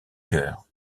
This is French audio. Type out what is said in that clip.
cœur